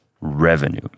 revenue